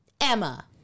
Emma